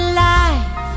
life